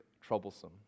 troublesome